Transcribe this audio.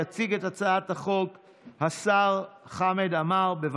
יציג את הצעת החוק השר חמד עמאר, בבקשה.